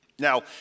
Now